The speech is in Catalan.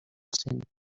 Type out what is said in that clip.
cent